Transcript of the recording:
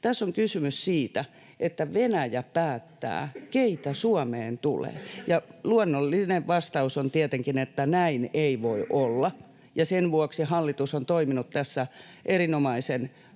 Tässä on kysymys siitä, että Venäjä päättää, keitä Suomeen tulee. Luonnollinen vastaus on tietenkin, että näin ei voi olla, ja sen vuoksi hallitus on toiminut tässä erinomaisen